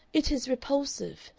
it is repulsive.